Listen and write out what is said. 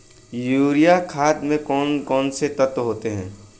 Urea खाद में कौन कौन से तत्व होते हैं?